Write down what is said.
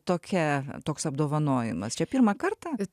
tokia toks apdovanojimas čia pirmą kartą